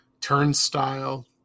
turnstile